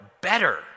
better